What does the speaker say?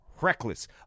Reckless